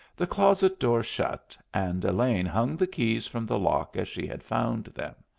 the closet-door shut, and elaine hung the keys from the lock as she had found them.